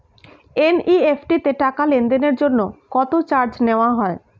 NEFT তে টাকা লেনদেনের জন্য কত চার্জ নেয়া হয়?